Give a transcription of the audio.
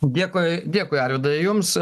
dėkui dėkui arvydai jums